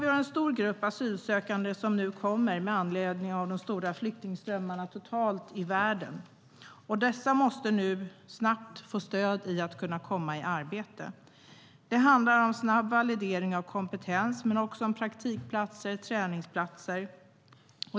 Det är en stor grupp asylsökande som nu kommer med anledning av de stora flyktingströmmarna i världen. Dessa måste nu snabbt få stöd för att kunna komma i arbete. Det handlar om en snabb validering av kompetens men också om praktikplatser och träningsplatser.